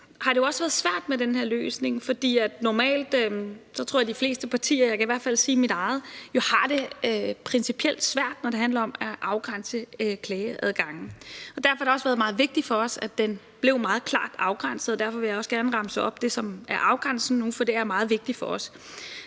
har det jo også været svært med den her løsning. Normalt tror jeg, at de fleste partier – jeg kan i hvert fald sige, at det gælder for mit eget – har det principielt svært, når det handler om at afgrænse klageadgangen. Derfor har det også været meget vigtigt for os, at den blev meget klart afgrænset. Derfor vil jeg gerne remse det op, som er afgrænsningen nu, for det er meget vigtigt for os.